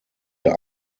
der